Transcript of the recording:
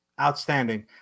outstanding